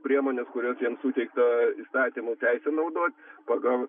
priemonės kurios jiems suteikta įstatymų teise naudot pagal